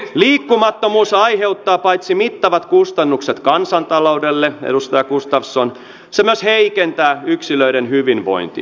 paitsi että liikkumattomuus aiheuttaa mittavat kustannukset kansantaloudelle edustaja gustafsson se myös heikentää yksilöiden hyvinvointia